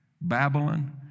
Babylon